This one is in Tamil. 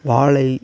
வாழை